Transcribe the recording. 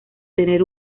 tener